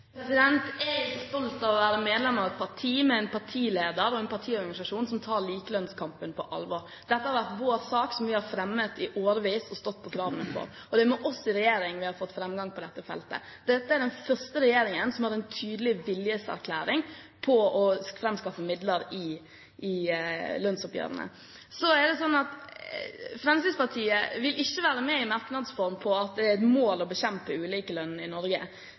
Jeg er stolt av å være medlem av et parti med en partileder og en partiorganisasjon som tar likelønnskampen på alvor. Dette har vært vår sak som vi har fremmet i årevis og stått på kravene for. Det er med oss i regjering vi har fått framgang på dette feltet. Dette er den første regjeringen som har hatt en tydelig viljeserklæring på å framskaffe midler i lønnsoppgjørene. Så er det sånn at Fremskrittspartiet vil ikke være med i merknads form på at det er et mål å bekjempe ulik lønn i Norge.